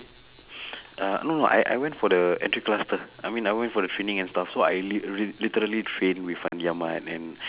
uh no no I I went to the entry cluster I mean I went for the training and stuff so I lit~ lit~ literally train with fandi-ahmad and and